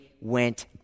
went